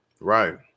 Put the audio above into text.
Right